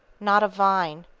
not a vine.